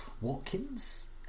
Watkins